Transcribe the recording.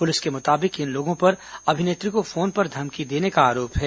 police के मुताबिक इन लोगों पर अभिनेत्री को फोन पर धमकी देने का आरोप है